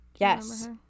Yes